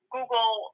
Google